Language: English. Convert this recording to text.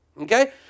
Okay